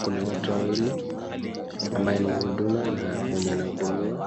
Kuna watu wawili ambaye ni muhuduma na mwenye anahudumiwa